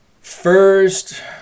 first